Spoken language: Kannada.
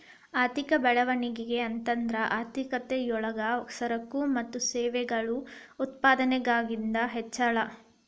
ಆರ್ಥಿಕ ಬೆಳವಣಿಗೆ ಅಂತಂದ್ರ ಆರ್ಥಿಕತೆ ಯೊಳಗ ಸರಕು ಮತ್ತ ಸೇವೆಗಳ ಉತ್ಪಾದನದಾಗಿಂದ್ ಹೆಚ್ಚಳ